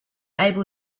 able